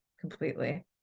completely